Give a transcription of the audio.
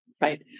right